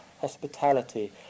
hospitality